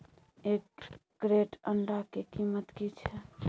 एक क्रेट अंडा के कीमत की छै?